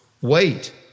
Wait